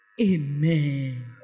Amen